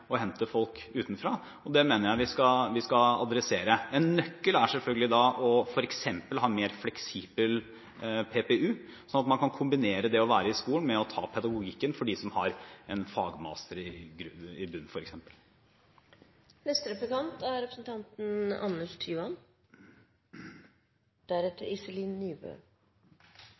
å hente folk utenfra. Det mener jeg vi skal adressere. En nøkkel er selvfølgelig da å ha mer fleksibel PPU, sånn at f.eks. de som har en fagmaster i bunn, kan kombinere det å være i skolen med å ta pedagogikken. Statsråden gjentar noe han har sagt i denne salen flere ganger tidligere, nemlig at det er dårlig samsvar mellom hvor mye ressurser vi bruker på lærere i